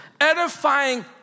Edifying